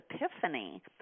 epiphany